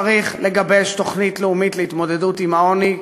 צריך לגבש תוכנית לאומית להתמודדות עם העוני,